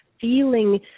feeling